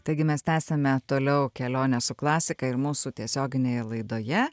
taigi mes tęsiame toliau kelionę su klasika ir mūsų tiesioginėje laidoje